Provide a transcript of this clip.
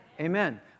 Amen